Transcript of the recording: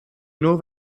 nur